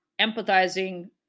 empathizing